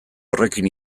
horrekin